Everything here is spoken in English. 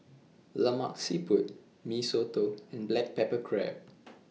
Lemak Siput Mee Soto and Black Pepper Crab